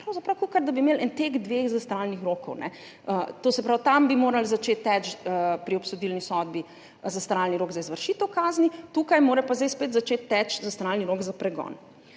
kakor da bi imeli en tek dveh zastaralnih rokov. To se pravi, tam bi moral začeti teči pri obsodilni sodbi zastaralni rok za izvršitev kazni, tukaj mora pa zdaj spet začeti teči zastaralni rok za pregon.